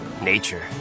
nature